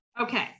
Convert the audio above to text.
Okay